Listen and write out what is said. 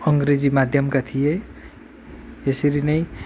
अङ्ग्रेजी माध्यमका थिए यसरी नै